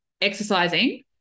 exercising